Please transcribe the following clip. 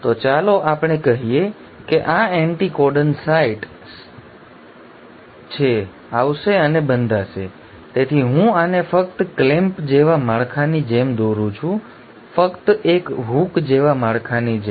તો ચાલો આપણે કહીએ કે આ એન્ટિકોડન સાઇટ છે આવશે અને બાંધશે તેથી હું આને ફક્ત ક્લેમ્પ જેવા માળખાની જેમ દોરું છું ફક્ત એક હૂક જેવા માળખાની જેમ